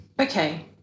Okay